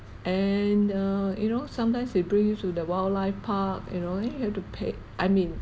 and uh you know sometimes they bring you to the wildlife park you know then you have to pay I mean